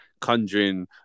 conjuring